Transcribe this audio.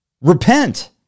repent